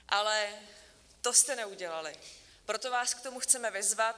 Ale to jste neudělali, proto vás k tomu chceme vyzvat.